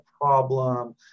problem